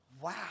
Wow